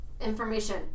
information